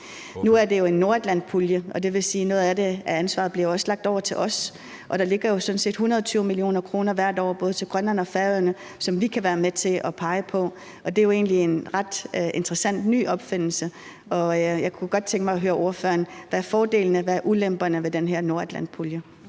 Nu er det jo en nordatlantpulje, og det vil sige, at noget af ansvaret også bliver lagt over til os, og der ligger sådan set 20 mio. kr. hvert år både til Grønland og Færøerne, som vi kan være med til at pege på, og det er jo egentlig en ret interessant ny opfindelse. Og jeg kunne godt tænke mig at høre ordføreren: Hvad er fordelene, og hvad er ulemperne ved den her nordatlantpulje